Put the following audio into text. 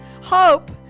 hope